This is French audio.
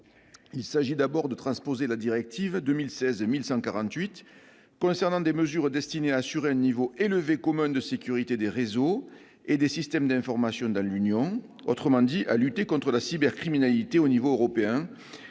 Il s'agit d'abord de transposer la directive 2016/1148 concernant des mesures destinées à assurer un niveau élevé commun de sécurité des réseaux et des systèmes d'information dans l'Union, autrement dit à lutter contre la cybercriminalité au niveau européen